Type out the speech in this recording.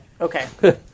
Okay